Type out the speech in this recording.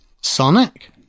Sonic